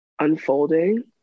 unfolding